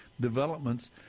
developments